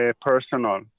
personal